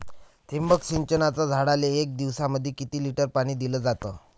ठिबक सिंचनानं झाडाले एक दिवसामंदी किती लिटर पाणी दिलं जातं?